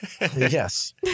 Yes